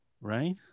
right